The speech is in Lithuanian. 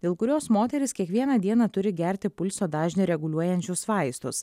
dėl kurios moteris kiekvieną dieną turi gerti pulso dažnį reguliuojančius vaistus